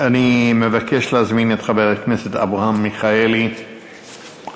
אני מבקש להזמין את חבר הכנסת אברהם מיכאלי לומר